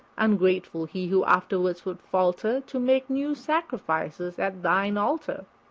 ungrateful he who afterward would falter to make new sacrifices at thine altar!